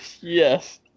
Yes